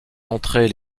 entrer